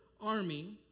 army